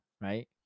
right